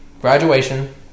Graduation